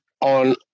on